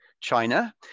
China